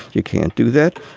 you can't do that.